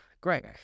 Great